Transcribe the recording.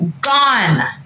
gone